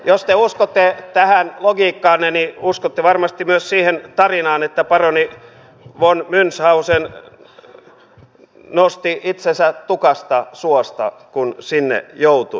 jos te uskotte tähän logiikkaanne niin uskotte varmasti myös siihen tarinaan että paroni von munchhausen nosti itsensä tukasta suosta kun sinne joutui